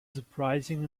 surprising